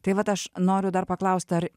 tai vat aš noriu dar paklaust ar